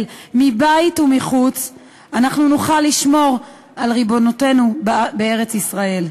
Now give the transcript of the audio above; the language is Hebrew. מבית ומחוץ אנחנו נוכל לשמור על ריבונותנו בארץ-ישראל.